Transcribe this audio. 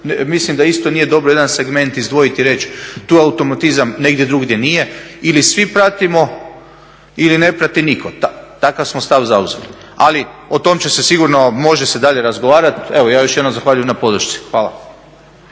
Mislim da isto nije dobro jedan segment izdvojiti i reći tu je automatizam, negdje drugdje nije. Ili svi pratimo ili ne prti nitko. Takav smo stav zauzeli. Ali o tom će se sigurno, može se dalje razgovarati. Evo ja još jednom zahvaljujem na podršci. Hvala.